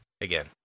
again